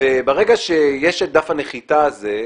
ברגע שיש דף הנחיתה הזה,